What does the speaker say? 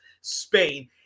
Spain